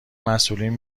مسئولین